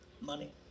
money